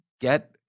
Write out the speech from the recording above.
get